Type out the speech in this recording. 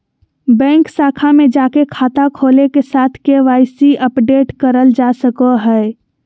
bank शाखा में जाके खाता खोले के साथ के.वाई.सी अपडेट करल जा सको हय